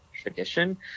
tradition